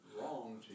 wrong